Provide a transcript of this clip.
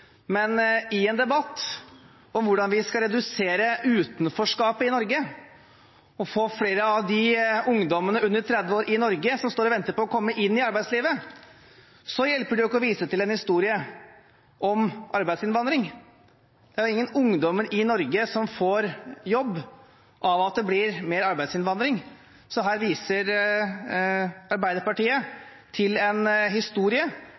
Men i en debatt om hvordan vi skal redusere utenforskapet i Norge og få flere av ungdommene under 30 år i Norge som står og venter på å komme inn i arbeidslivet, inn i arbeidslivet, hjelper det jo ikke å vise til en historie om arbeidsinnvandring. Det er ingen ungdommer i Norge som får jobb av at det blir mer arbeidsinnvandring. Så her viser Arbeiderpartiet til en historie